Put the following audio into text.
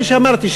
כפי שאמרתי,